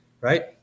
right